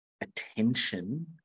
attention